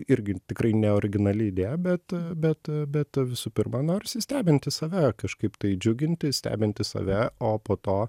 irgi tikrai ne originali idėja bet bet bet visų pirma norisi stebinti save kažkaip tai džiuginti stebinti save o po to